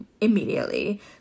immediately